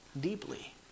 deeply